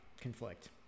conflict